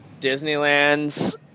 Disneyland's